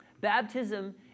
Baptism